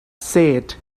said